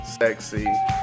sexy